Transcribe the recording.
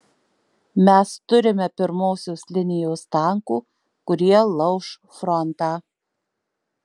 mes turime pirmosios linijos tankų kurie lauš frontą